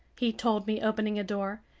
he told me, opening a door,